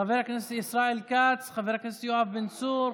חבר הכנסת ישראל כץ, חבר הכנסת יואב בן צור.